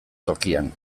tokian